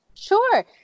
Sure